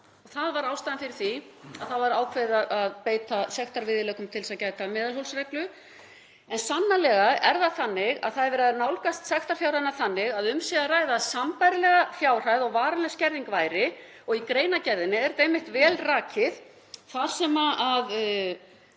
Það var ástæðan fyrir því að það var ákveðið að beita sektarviðurlögum til þess að gæta meðalhófsreglu. En sannarlega er verið að nálgast sektarfjárhæðir þannig að um sé að ræða sambærilega fjárhæð og ef varanleg skerðing væri. Í greinargerðinni er þetta einmitt vel rakið þar sem um